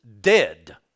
dead